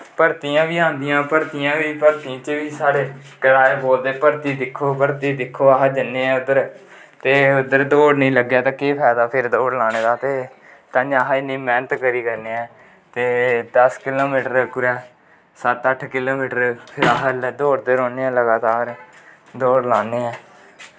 भर्थियां बी आंदियां भर्थियैं च बी साढ़े घर आह्ले बोलदे भर्थी दिक्खो भर्थी दिक्खो अस जन्ने ऐं उद्दर ते उध्दर दौड़ नी लग्गै तां केह् फैदा फिर दौड़ लानें दा ते तांईंयै अस इन्नी मैह्नत करै करनें आं ते दस किलो मीटर कुदै सत्त अट्ठ किलो मीटर अल लगातार दौड़दे रौह्नें आं दौड़ लान्ने आं